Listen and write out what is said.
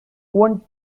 one